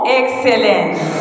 excellence